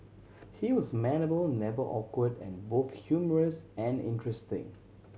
he was amenable never awkward and both humorous and interesting